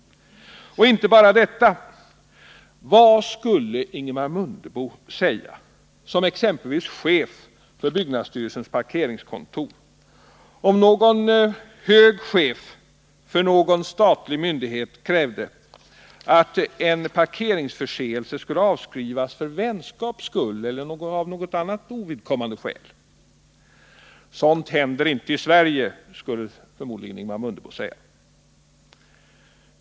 Och inte bara detta! Vad skulle Ingemar Mundebo säga, exempelvis som chef för byggnadsstyrelsens parkeringskontor, om någon hög chef för någon statlig myndighet krävde att en parkeringsförseelse skulle avskrivas för vänskaps skull eller av något annat ovidkommande skäl? Sådant händer inte i Sverige, skulle förmodligen Ingemar Mundebo säga.